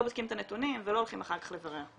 בודקים את הנתונים ולא הולכים אחר כך לברר?